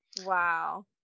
Wow